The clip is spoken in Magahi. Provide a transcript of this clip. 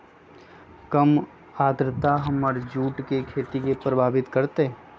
कम आद्रता हमर जुट के खेती के प्रभावित कारतै?